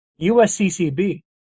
USCCB